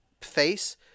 face